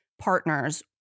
partners